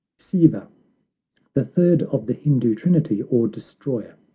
siva the third of the hindoo trinity, or destroyer.